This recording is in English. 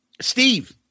Steve